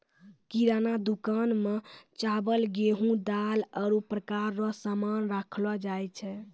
किराना दुकान मे चावल, गेहू, दाल, आरु प्रकार रो सामान राखलो जाय छै